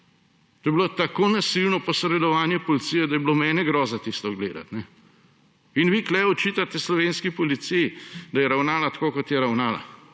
To je bilo tako nasilno posredovanje policije, da je bilo mene groza tisto gledati. In vi tukaj očitate slovenski policiji, da je ravnala tako, kot je ravnala,